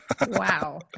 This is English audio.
Wow